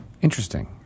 Interesting